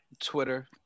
Twitter